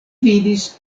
vidis